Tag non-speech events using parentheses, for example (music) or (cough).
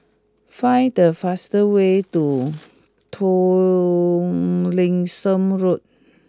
find the fast way to (noise) Tomlinson Road